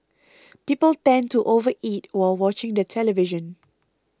people tend to over eat while watching the television